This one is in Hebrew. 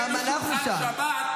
גם אנחנו שם.